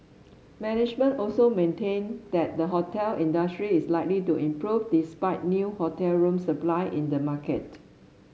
management also maintained that the hotel industry is likely to improve despite new hotel room supply in the market